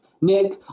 Nick